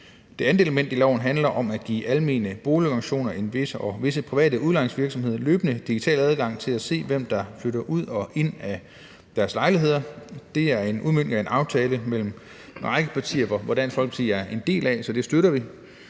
Det andet element i loven handler om at give almene boligorganisationer og visse private udlejningsvirksomheder løbende digital adgang til at se, hvem der flytter ud og ind af deres lejligheder. Det er en udmøntning af en aftale mellem en række partier, som Dansk Folkeparti er en del af, så det støtter vi.